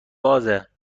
بازه